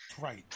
Right